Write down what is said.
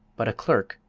but a clerk,